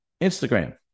Instagram